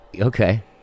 Okay